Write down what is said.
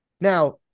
Now